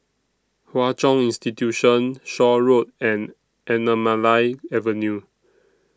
Hwa Chong Institution Shaw Road and Anamalai Avenue